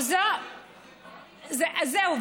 זהו.